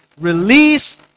release